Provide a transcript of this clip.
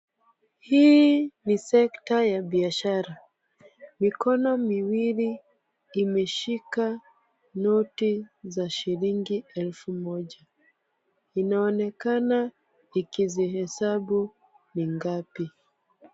Hii ni sekta ya biashara. Mikono miwili imeshika noti za shilingi elfu moja. Inaonekana ikizihesabu ni ngapi.